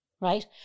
right